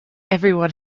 everyone